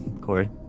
Corey